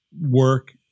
work